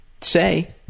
say